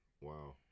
Wow